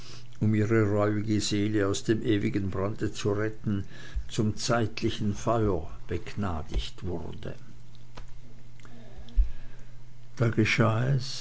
um ihre reuige seele aus dem ewigen brande zu retten zum zeitlichen feuer begnadigt wurde da geschah es